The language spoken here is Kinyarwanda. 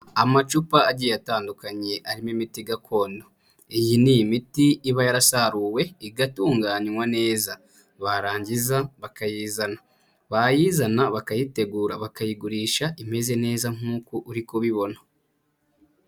Amacupa agiye atandukanye arimo imiti gakondo, iyi ni imiti iba yarasaruwe igatunganywa neza barangiza bakayizana, bayizana bakayitegura bakayigurisha imeze neza nkuko uri kubibona.